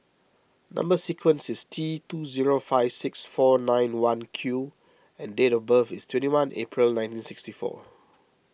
Number Sequence is T two zero five six four nine one Q and date of birth is twenty one April nineteen sixty four